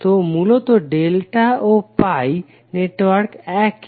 তো মূলত ডেল্টা ও পাই নেটওয়ার্ক একই